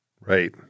Right